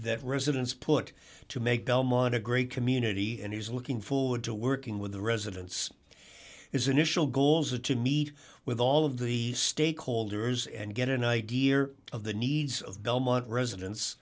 that residents put to make belmont a great community and he's looking forward to working with the residents his initial goals are to meet with all of the stakeholders and get an idea of the needs of belmont residen